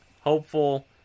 hopeful